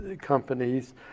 companies